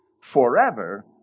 forever